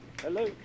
Hello